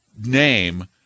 name